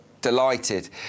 delighted